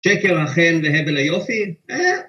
שקר החן והבל היופי